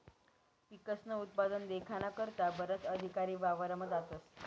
पिकस्नं उत्पादन देखाना करता बराच अधिकारी वावरमा जातस